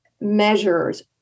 measures